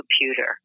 computer